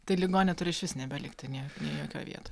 tai ligonio turi išvis nebelikti nie jokioj vietoj